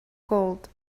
gold